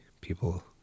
People